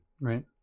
right